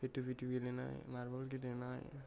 पिटठु पिटठु गेलेनाय मारब'ल गेलेनाय